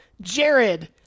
Jared